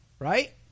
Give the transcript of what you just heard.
Right